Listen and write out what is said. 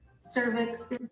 cervix